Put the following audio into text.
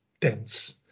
dense